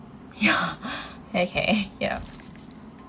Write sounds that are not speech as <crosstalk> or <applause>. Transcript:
ya <laughs> okay <breath> yup